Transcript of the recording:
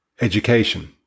Education